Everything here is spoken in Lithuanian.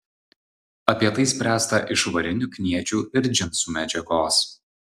apie tai spręsta iš varinių kniedžių ir džinsų medžiagos